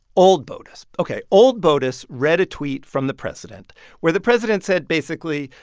old botus ok, old botus read a tweet from the president where the president said, basically,